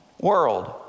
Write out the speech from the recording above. world